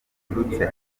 biturutse